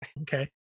okay